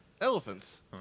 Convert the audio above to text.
elephants